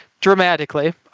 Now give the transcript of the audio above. dramatically